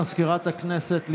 מזכירת הכנסת,